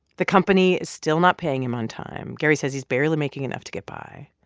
the company is still not paying him on time. gary says he's barely making enough to get by,